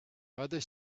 other